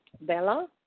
Bella